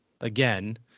again